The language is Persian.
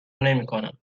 نمیکنم